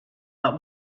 but